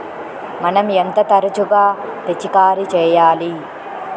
మనం ఎంత తరచుగా పిచికారీ చేయాలి?